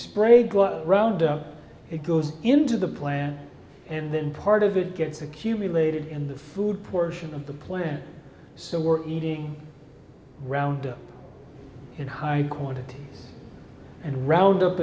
spray go round it goes into the plant and then part of it gets accumulated in the food portion of the plant so we're eating round it high quantity and roundup